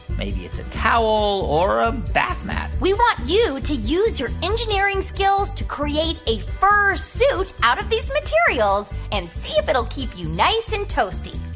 maybe it's a towel or a bathmat we want you to use your engineering skills to create a fur suit out of these materials and see if it'll keep you nice and toasty.